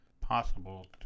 possible